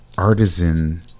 artisan